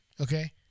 Okay